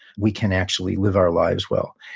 we can actually live our lives well.